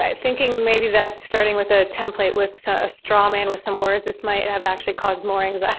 thinking maybe that's starting with a template with so a straw man with some words, this might have actually caused more